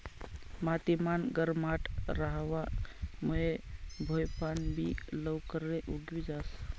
माती मान गरमाट रहावा मुये भोपयान बि लवकरे उगी जास